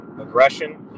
aggression